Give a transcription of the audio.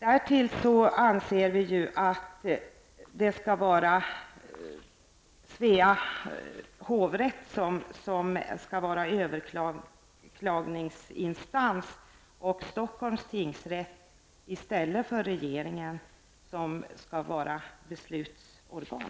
Därtill anser vi att Svea hovrätt skall vara överklagningsinstans och att Stockholms tingsrätt i stället för regeringen skall vara beslutsorgan.